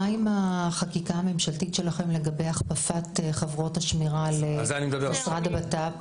מה עם החקיקה הממשלתית שלכם לגבי הכפפת חברות השמירה למשרד הבט"פ?